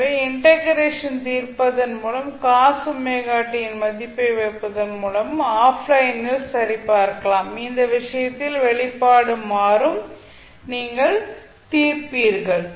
எனவே இன்டெக்ரேஷன் ஐ தீர்ப்பதன் மூலமும் cos ωt இன் மதிப்பை வைப்பதன் மூலமும் ஆஃப்லைனில் சரிபார்க்கலாம் இந்த விஷயத்தில் வெளிப்பாடு மாறும் நீங்கள் தீர்ப்பீர்கள்